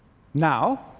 now,